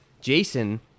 Jason